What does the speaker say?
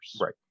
Right